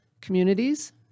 communities